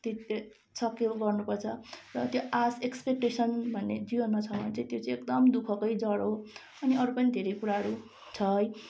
त्यो त्यो सकेको गर्नुपर्छ र त्यो आश एक्सपेक्टेसन भन्ने जीवनमा छ भने चाहिँ त्यो चाहिँ एकदम दुःखकै जड हो अनि अरू पनि धेरै कुराहरू छ है